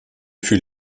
fut